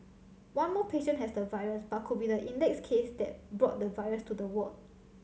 one more patient has the virus but could be the index case that brought the virus to the ward